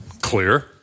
clear